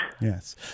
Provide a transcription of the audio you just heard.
Yes